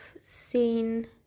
seen